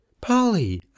Polly